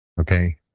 Okay